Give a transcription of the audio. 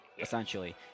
essentially